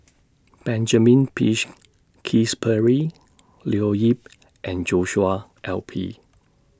Benjamin Peach Keasberry Leo Yip and Joshua L P